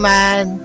Man